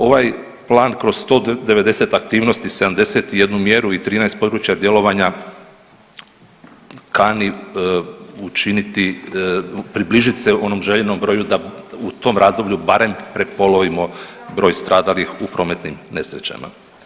Ovaj plan kroz 190 aktivnosti, 71 mjeru i 13 područja djelovanja kani učiniti približit se onom željenom broju da u tom razdoblju barem prepolovimo broj stradalih u prometnim nesrećama.